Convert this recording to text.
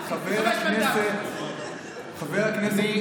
חבר הכנסת מיכאלי,